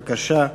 בבקשה,